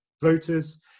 voters